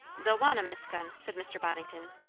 they'll want em, miss gunn, said mr. boddington.